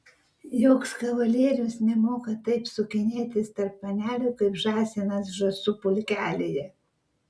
joks kavalierius nemoka taip sukinėtis tarp panelių kaip žąsinas žąsų pulkelyje